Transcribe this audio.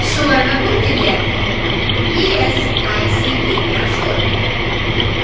सुवर्णपूर जिल्ल्यातलीं E S I C केंद्रां सोद